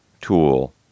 tool